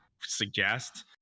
suggest